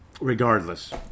Regardless